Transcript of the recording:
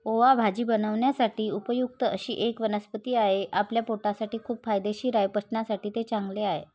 ओवा भाजी बनवण्यासाठी उपयुक्त अशी एक वनस्पती आहे, आपल्या पोटासाठी खूप फायदेशीर आहे, पचनासाठी ते चांगले आहे